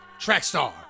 Trackstar